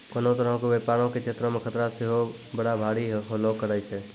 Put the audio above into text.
कोनो तरहो के व्यपारो के क्षेत्रो मे खतरा सेहो बड़ा भारी होलो करै छै